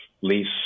lease